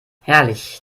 herrlich